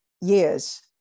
years